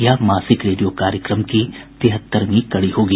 यह मासिक रेडियो कार्यक्रम की तिहत्तरवीं कड़ी होगी